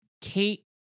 kate